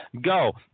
go